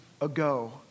ago